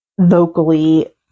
vocally